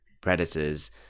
Predators